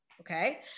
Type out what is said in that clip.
Okay